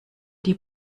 die